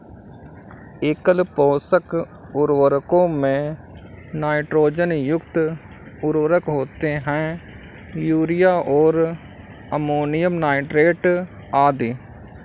एकल पोषक उर्वरकों में नाइट्रोजन युक्त उर्वरक होते है, यूरिया और अमोनियम नाइट्रेट आदि